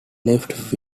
left